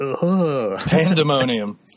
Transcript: Pandemonium